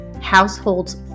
households